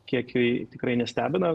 kiekiai tikrai nestebina